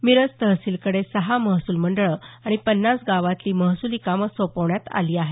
मिरज तहसीलकडे सहा महसूल मंडळं आणि पन्नास गावांतली महसुली कामं सोपण्यात आली आहेत